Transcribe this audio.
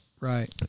Right